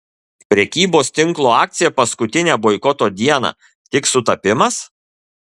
prekybos tinklo akcija paskutinę boikoto dieną tik sutapimas